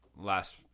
last